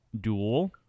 duel